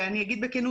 ואני אגיד בכנות,